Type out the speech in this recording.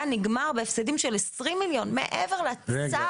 היה נגמר בהפסדים של 20,000,000 ₪.